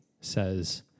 says